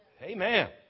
Amen